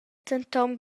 denton